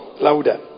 Louder